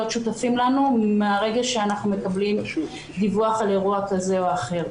שותפים לנו מרגע שאנחנו מקבלים דיווח על אירוע כזה או אחר.